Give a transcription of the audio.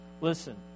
Listen